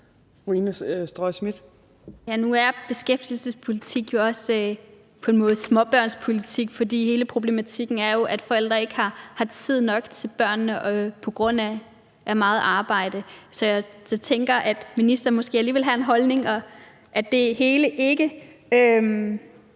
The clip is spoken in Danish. Nu er beskæftigelsespolitik jo også på en måde småbørnspolitik, for hele problematikken er jo, at forældre ikke har tid nok til børnene på grund af meget arbejde. Så jeg tænker, at ministeren måske alligevel har en holdning og det hele ikke